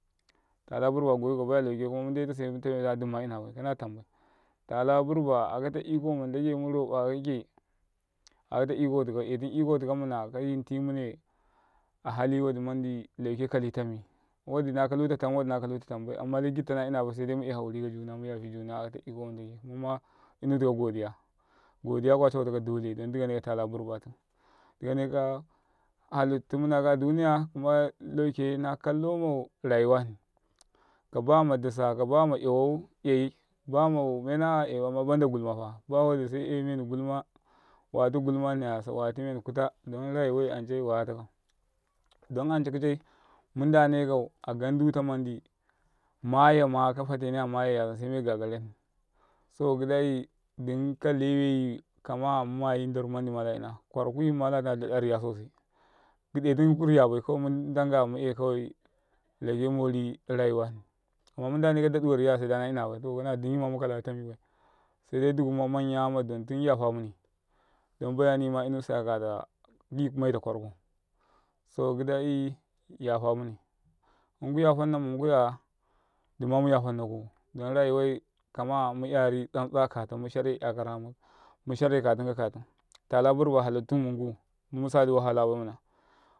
. tala burba ɗafuka bai lauke kum se ka ndetu mutameda dumma ϓina bai kana tamba tala burba akataiko ma ndage muroka kake akata iko ma ndane muroka kake akata ikoti kau eti iko tika mana kayintimune ahali waɗȉ mandi lauke kai tami waɗȉ nakalu ta tam waɗȉna kalu to tambai amma dai ɡiɗta na ina bai se dai mu ϓai hakuri kajuna muyafi juna akata iko ma ndaɡai kuma ma inutuka ɡodiya ɡodiya kuwa cauta dole dondi kane katala burba dikane ka halitti munaka duniya kuma lauke na kallo mau rayuwa hai kaba madisa kabama ϓawau ϓai bama amma banda ɡuima wayata ɡuȉma hnoya wayati meri kuta dan rayuwai ance wayatakau